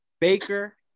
baker